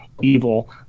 evil